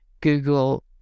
Google